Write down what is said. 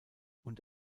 und